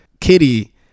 kitty